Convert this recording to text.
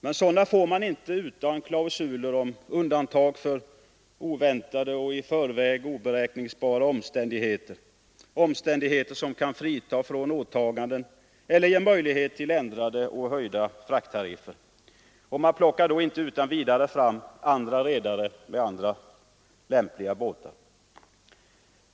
Men sådana får man inte utan klausuler om undantag för oväntade och i förväg oberäkningsbara omständigheter — omständigheter som kan befria från åtaganden eller ge möjlighet till ändrade och höjda frakttariffer. Och man plockar inte utan vidare fram redare med andra lämpliga båtar.